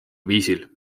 viisil